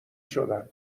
شدم